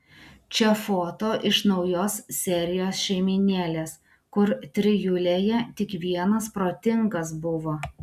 čia foto iš naujos serijos šeimynėlės kur trijulėje tik vienas protingas buvo